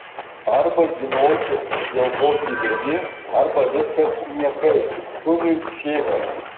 arba žinoti dėl ko gyveni arba viskas niekai šuniui šėkas